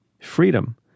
Freedom